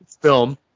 film